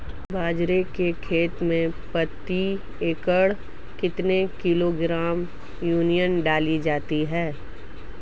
बाजरे की खेती में प्रति एकड़ कितने किलोग्राम यूरिया डालनी होती है?